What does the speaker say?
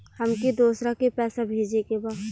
हमके दोसरा के पैसा भेजे के बा?